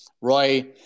Roy